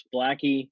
Blackie